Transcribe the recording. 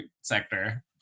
sector